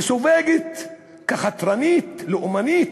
מסווגת כחתרנית, לאומנית,